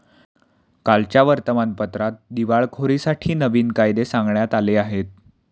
कालच्या वर्तमानपत्रात दिवाळखोरीसाठी नवीन कायदे सांगण्यात आले आहेत